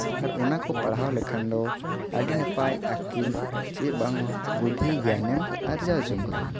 ᱟᱨ ᱚᱱᱟ ᱠᱚ ᱯᱟᱲᱦᱟᱣ ᱞᱮᱠᱷᱟᱱ ᱫᱚ ᱟᱹᱰᱤ ᱱᱟᱯᱟᱭ ᱟᱹᱠᱤᱞ ᱪᱮᱫ ᱵᱟᱝᱢᱟ ᱵᱩᱫᱷᱤ ᱜᱮᱭᱟᱱᱮᱢ ᱟᱨᱡᱟᱣ ᱡᱚᱝᱼᱟ